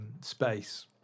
space